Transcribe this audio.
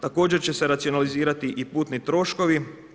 Također će se racionalizirati i putni troškovi.